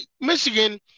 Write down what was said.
Michigan